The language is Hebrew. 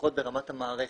לפחות ברמת המערכת.